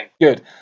Good